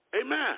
Amen